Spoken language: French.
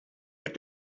est